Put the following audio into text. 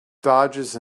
dodges